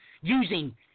using